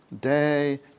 day